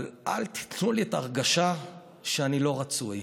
אבל אל תיתנו לי את ההרגשה שאני לא רצוי,